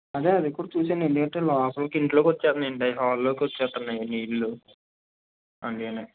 అదే అది కూడా చూసెయ్యండి ఎందుకంటే లోపలకి ఇంటిలోకి వచేస్తున్నాయండి హాల్లోకి వచ్చేస్తున్నాయి నీళ్ళు అందుకనే